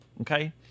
okay